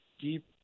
deep